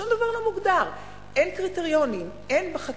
האם הוא צריך לבנות דירות קטנות ודירות גדולות?